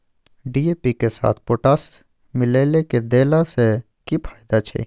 DAP के साथ potash मिललय के देला स की फायदा छैय?